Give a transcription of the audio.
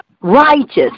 Righteous